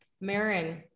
Marin